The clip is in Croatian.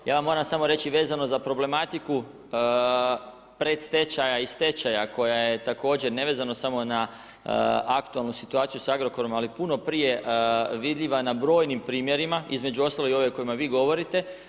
Ja vam moram samo reći vezano za problematiku predstečaja i stečaja koja je također nevezano samo na aktualnu situaciju s Agrokorom ali puno prije vidljiva na brojnim primjerima, između ostalog i ove o kojima vi govorite.